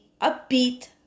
upbeat